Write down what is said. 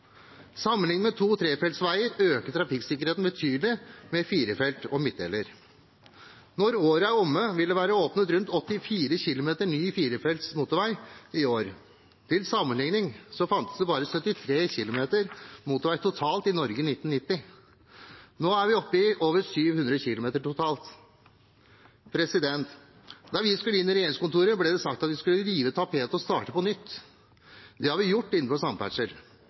Sammenliknet med to- og trefeltsveier øker trafikksikkerheten betydelig med fire felt og midtdeler. Når året er omme, vil det være åpnet rundt 84 km ny firefelts motorvei i år. Til sammenlikning fantes det bare 73 km motorvei totalt i Norge i 1990. Nå er vi oppe i over 700 km totalt. Da vi skulle inn i regjeringskontorene, ble det sagt at vi skulle rive tapetet og starte på nytt. Det har vi gjort innenfor samferdsel.